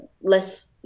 less